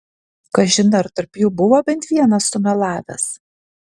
kažin ar tarp jų buvo bent vienas sumelavęs